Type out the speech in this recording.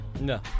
No